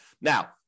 Now